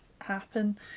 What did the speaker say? happen